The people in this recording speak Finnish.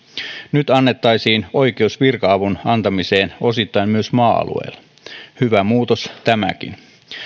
nyt annettaisiin oikeus virka avun antamiseen osittain myös maa alueilla hyvä muutos tämäkin